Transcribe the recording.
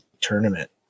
tournament